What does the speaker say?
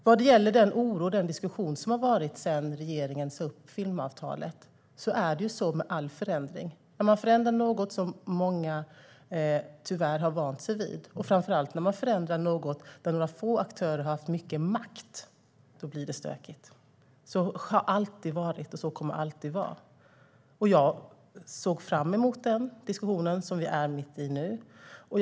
Vad gäller den oro och den diskussion som har funnits sedan regeringen sa upp filmavtalet är det så med all förändring att när man förändrar något som många tyvärr har vant sig vid, framför allt när man förändrar något där några få aktörer har haft mycket makt, blir det stökigt. Så har det alltid varit, och så kommer det alltid att vara. Jag såg fram emot den diskussion som vi är mitt uppe i nu.